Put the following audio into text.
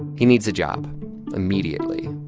he needs a job immediately.